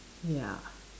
ya